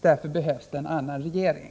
Därför behövs det en annan regering.